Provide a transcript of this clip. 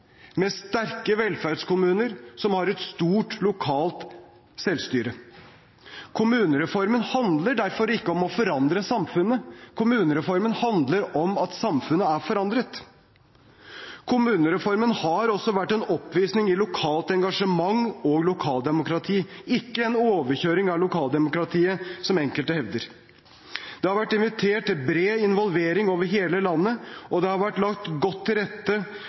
med sterke velferdskommuner som har et stort, lokalt selvstyre. Kommunereformen handler derfor ikke om å forandre samfunnet, kommunereformen handler om at samfunnet er forandret. Kommunereformen har også vært en oppvisning i lokalt engasjement og lokaldemokrati, ikke en overkjøring av lokaldemokratiet, som enkelte hevder. Det har vært invitert til bred involvering over hele landet, og det har vært lagt godt til rette